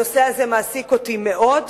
הנושא הזה מעסיק אותי מאוד.